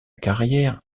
carrière